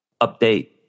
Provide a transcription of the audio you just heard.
update